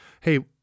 hey